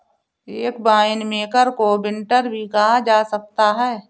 एक वाइनमेकर को विंटनर भी कहा जा सकता है